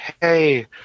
hey